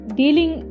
dealing